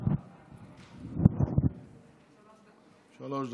שלוש דקות.